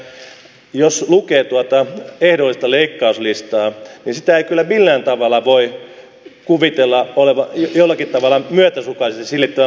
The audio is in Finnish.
haluan todeta sen että jos lukee tuota ehdollista leikkauslistaa niin sen ei kyllä millään tavalla voi kuvitella jollakin tavalla myötäsukaisesti silittävän palkansaajapuolta